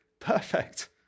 perfect